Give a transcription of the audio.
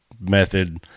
method